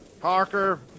Parker